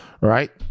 right